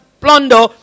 plunder